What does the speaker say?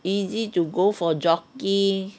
easy to go for jogging